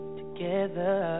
together